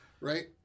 right